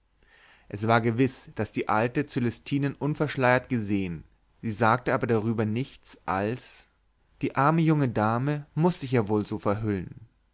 es war gewiß daß die alte cölestinen unverschleiert gesehen sie sagte aber darüber nichts als die arme junge dame muß sich ja wohl so verhüllen